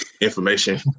information